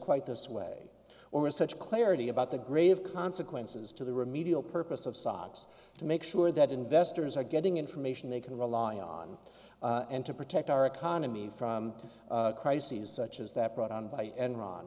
quite this way or as such clarity about the grave consequences to the remedial purpose of sops to make sure that investors are getting information they can rely on and to protect our economy from crises such as that brought on by enron